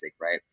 right